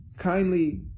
Kindly